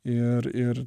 ir ir